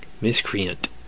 miscreant